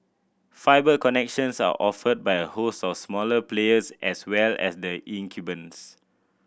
fibre connections are offered by a host of smaller players as well as the incumbents